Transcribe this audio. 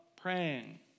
praying